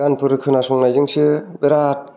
गानफोर खोनासंनायजोंसो बेराथ